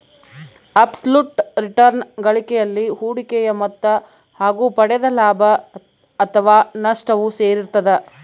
abs ಲುಟ್ return ಗಳಿಕೆಯಲ್ಲಿ ಹೂಡಿಕೆಯ ಮೊತ್ತ ಹಾಗು ಪಡೆದ ಲಾಭ ಅಥಾವ ನಷ್ಟವು ಸೇರಿರ್ತದ